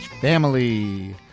family